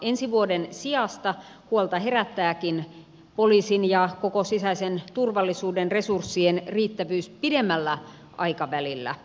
ensi vuoden sijasta huolta herättääkin poliisin ja koko sisäisen turvallisuuden resurssien riittävyys pidemmällä aikavälillä